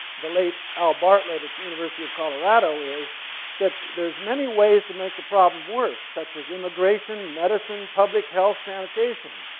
the late al bartlett at the university of colorado is that there's many ways to make the problem worse such as immigration, medicine, public health, sanitation,